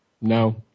No